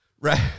Right